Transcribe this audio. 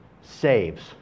saves